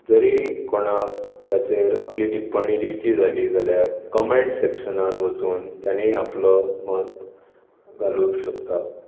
जरी कोणाक ताचेर आपली टिप्पणी दिवची जाली जाल्यार कमेन्ट सेक्शनांत वचून तांणी आपलो मत घालूं शकतात